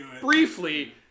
briefly